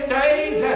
days